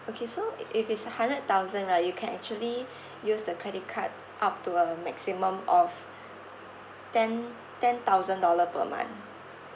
okay so i~ if it's a hundred thousand right you can actually use the credit card up to a maximum of ten ten thousand dollar per month